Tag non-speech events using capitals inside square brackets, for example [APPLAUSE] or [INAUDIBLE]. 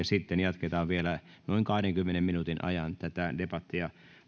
[UNINTELLIGIBLE] sitten jatketaan vielä noin kahdenkymmenen minuutin ajan tätä debattia